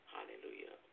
Hallelujah